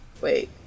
Wait